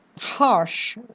harsh